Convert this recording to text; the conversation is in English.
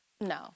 no